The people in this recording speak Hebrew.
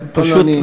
פשוט,